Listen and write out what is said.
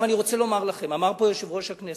אני רוצה לומר לכם, אמר פה יושב-ראש הכנסת: